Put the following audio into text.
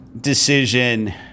decision